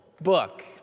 book